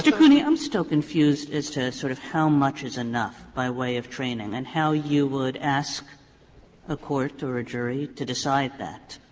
cooney, i'm still confused as to sort of how much is enough by way of training and how you would ask a court or a jury to decide that.